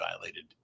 violated